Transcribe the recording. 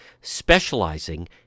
specializing